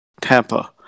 Tampa